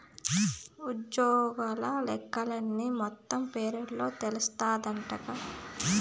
ఉజ్జోగుల లెక్కలన్నీ మొత్తం పేరోల్ల తెలస్తాందంటగా